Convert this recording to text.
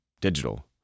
digital